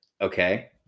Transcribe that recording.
Okay